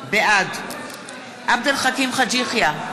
בעד עבד אל חכים חאג' יחיא,